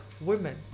women